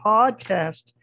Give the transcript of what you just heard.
Podcast